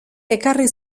ekarri